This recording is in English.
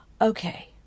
Okay